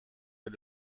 est